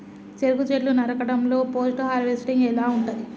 చెరుకు చెట్లు నరకడం లో పోస్ట్ హార్వెస్టింగ్ ఎలా ఉంటది?